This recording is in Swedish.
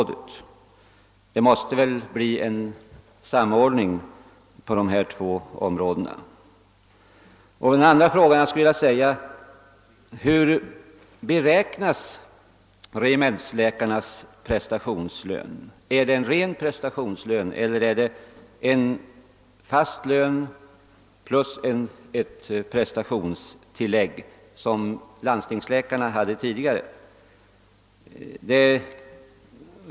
Det måste väl bli en samordning på dessa båda områden. 2. Hur beräknas regementsläkarnas prestationslön? Är det en ren prestationslön eller är det en fast lön plus ett prestationstillägg, något som landstingsläkarna hitintills haft?